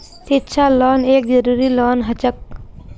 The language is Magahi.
शिक्षा लोन एक जरूरी लोन हछेक